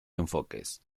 enfoques